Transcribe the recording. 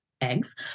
eggs